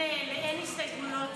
אין הסתייגויות,